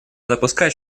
допускать